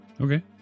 Okay